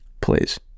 please